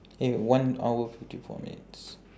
eh one hour fifty four minutes